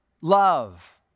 love